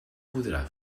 podrà